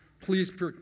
Please